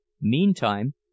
Meantime